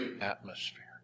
atmosphere